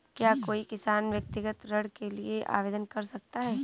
क्या कोई किसान व्यक्तिगत ऋण के लिए आवेदन कर सकता है?